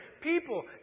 people